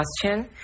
question